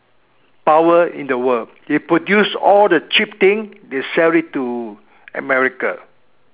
power in the world they produce all the cheap thing they sell it to America